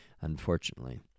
unfortunately